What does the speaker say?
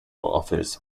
offers